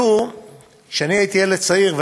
כשאני הייתי ילד צעיר,